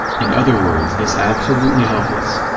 in other words this absolutely helpless,